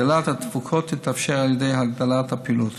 הגדלת התפוקות תתאפשר על ידי הגדלת הפעילות